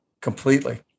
completely